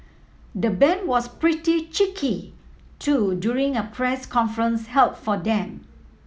the band was pretty cheeky too during a press conference held for them